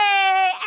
Hey